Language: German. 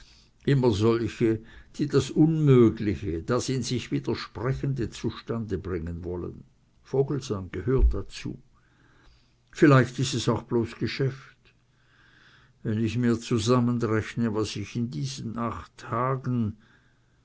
immer solche die das unmögliche das sich in sich widersprechende zustande bringen wollen vogelsang gehört dazu vielleicht ist es auch bloß geschäft wenn ich mir zusammenrechne was ich in diesen acht tagen